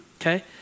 Okay